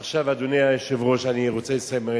עכשיו, אדוני היושב-ראש, אני רוצה לסיים.